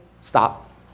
stop